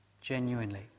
genuinely